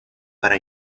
para